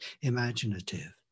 imaginative